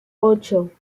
ocho